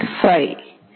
5